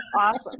Awesome